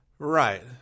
Right